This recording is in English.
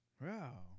Wow